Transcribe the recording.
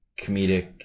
comedic